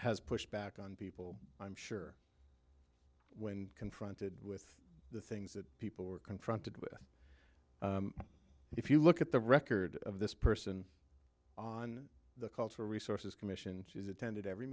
has pushed back on people i'm sure when confronted with the things that people were confronted with if you look at the record of this person on the culture resources commission which is attended every